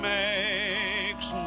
makes